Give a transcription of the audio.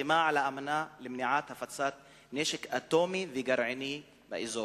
וחתימה על האמנה למניעת הפצת נשק אטומי וגרעיני באזור.